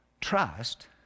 Trust